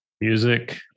music